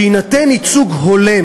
שיינתן ייצוג הולם.